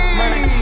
money